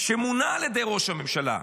שמונה על ידי ראש הממשלה,